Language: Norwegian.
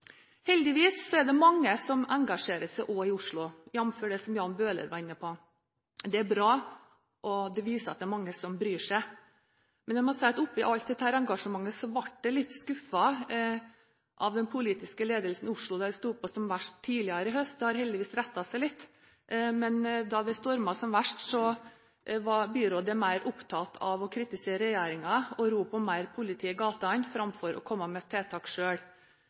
Heldigvis er det mange også i Oslo som engasjerer seg, jf. det som Jan Bøhler var inne på. Det er bra, og det viser at det er mange som bryr seg. Men jeg må si at oppi alt dette engasjementet ble jeg litt skuffet over den politiske ledelsen i Oslo da det sto på som verst tidligere i høst. Det har heldigvis rettet seg litt, men da det stormet som verst, var byrådet mer opptatt av å kritisere regjeringen og rope på mer politi i gatene, framfor å komme med tiltak